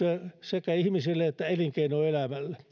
sekä ihmisille että elinkeinoelämälle